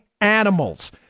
animals